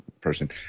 person